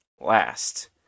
last